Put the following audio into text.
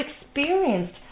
experienced